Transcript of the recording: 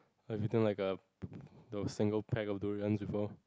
like you think like a single pack of durian before